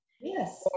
Yes